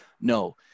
No